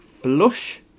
Flush